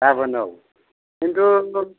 गाबोन औ खिन्थु